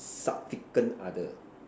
significant other